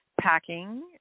packing